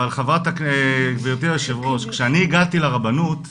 אבל, גב' היו"ר, כשאני הגעתי לרבנות,